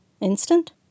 Instant